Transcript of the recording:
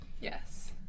Yes